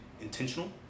intentional